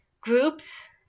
groups